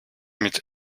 mit